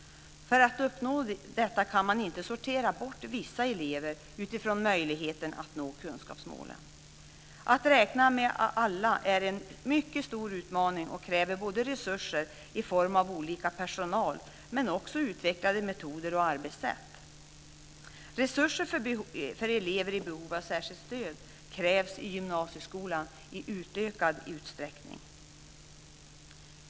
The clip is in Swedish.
För att uppnå detta kan man inte sortera bort vissa elever utifrån möjligheten att nå kunskapsmålen. Att räkna med alla är en mycket stor utmaning och kräver resurser både i form av olika personal men också utvecklade metoder och arbetssätt. Resurser för elever i behov av särskilt stöd krävs i utökad utsträckning i gymnasieskolan.